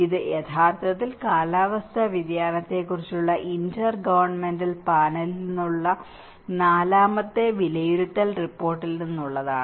ഇത് യഥാർത്ഥത്തിൽ കാലാവസ്ഥാ വ്യതിയാനത്തെക്കുറിച്ചുള്ള ഇന്റർഗവൺമെന്റൽ പാനലിൽ നിന്നുള്ള നാലാമത്തെ വിലയിരുത്തൽ റിപ്പോർട്ടിൽ നിന്നുള്ളതാണ്